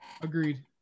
Agreed